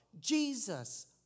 Jesus